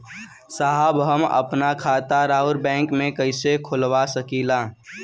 साहब हम आपन खाता राउर बैंक में कैसे खोलवा सकीला?